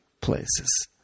places